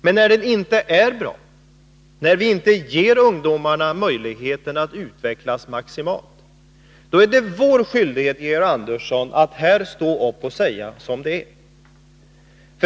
Men när den inte är bra, när vi inte ger ungdomarna möjlighet att utvecklas maximalt, då är det vår skyldighet, Georg Andersson, att här stå upp och säga som det är.